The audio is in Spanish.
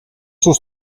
sus